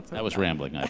that was rambling.